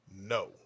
no